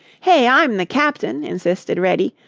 hey, i'm the captain, insisted reddy.